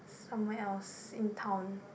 somewhere else in town